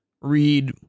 read